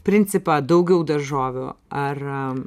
principą daugiau daržovių ar